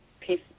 peace